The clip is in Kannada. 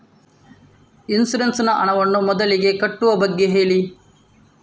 ಇನ್ಸೂರೆನ್ಸ್ ನ ಹಣವನ್ನು ಮೊದಲಿಗೆ ಕಟ್ಟುವ ಬಗ್ಗೆ ಹೇಳಿ